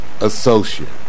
associate